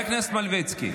אתם לא המחנה הדמוקרטי.